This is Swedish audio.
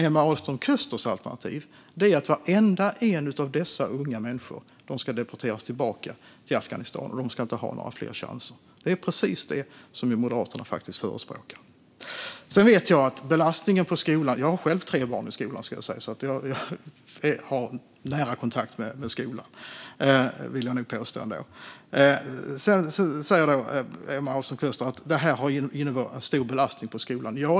Emma Ahlström Kösters alternativ är i stället att varenda en av dessa unga människor ska deporteras till Afghanistan och inte ha några fler chanser. Det är precis det som Moderaterna faktiskt förespråkar. Jag har själv tre barn i skolan, så jag vill påstå att jag har nära kontakt med skolan. Emma Ahlström Köster säger att det här har inneburit en stor belastning på skolan.